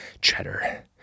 cheddar